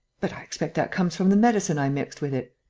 but i expect that comes from the medicine i mixed with it.